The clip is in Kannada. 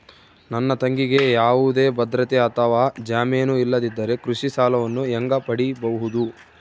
ನನ್ನ ತಂಗಿಗೆ ಯಾವುದೇ ಭದ್ರತೆ ಅಥವಾ ಜಾಮೇನು ಇಲ್ಲದಿದ್ದರೆ ಕೃಷಿ ಸಾಲವನ್ನು ಹೆಂಗ ಪಡಿಬಹುದು?